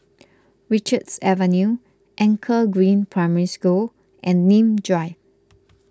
Richards Avenue Anchor Green Primary School and Nim Drive